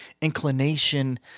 inclination